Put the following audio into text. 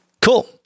Cool